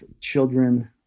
children